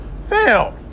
Fail